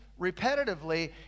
repetitively